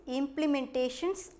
implementations